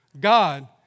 God